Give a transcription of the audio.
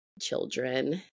children